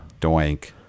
doink